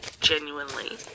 Genuinely